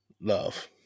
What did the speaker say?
love